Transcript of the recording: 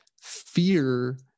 fear